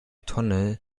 tonne